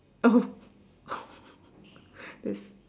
oh that's